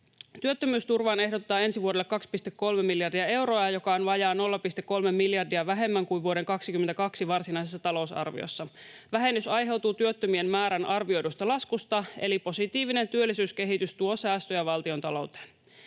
Työttömyysturvaan ehdotetaan ensi vuodelle 2,3 miljardia euroa, joka on vajaa 0,3 miljardia vähemmän kuin vuoden 22 varsinaisessa talousarviossa. Vähennys aiheutuu työttömien määrän arvioidusta laskusta, eli positiivinen työllisyyskehitys tuo säästöjä valtiontalouteen.